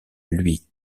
lui